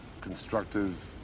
constructive